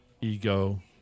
ego